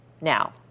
now